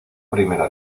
primera